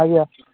ଆଜ୍ଞା